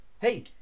hey